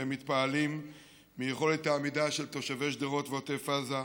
ומתפעלים מיכולת העמידה של תושבי שדרות ועוטף עזה,